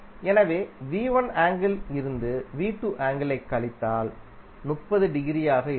எனவேஆங்கிள் இருந்து ஆங்கிள் ஐக் கழித்தால்30 டிகிரியாக இருக்கும்